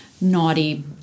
naughty